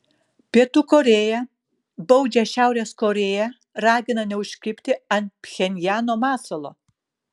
pietų korėja baudžia šiaurės korėją ragina neužkibti ant pchenjano masalo